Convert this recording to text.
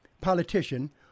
politician